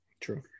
True